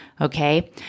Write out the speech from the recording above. Okay